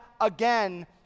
again